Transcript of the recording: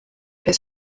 his